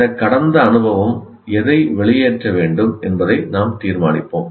இந்த கடந்த அனுபவம் எதை வெளியேற்ற வேண்டும் என்பதை நாம் தீர்மானிப்போம்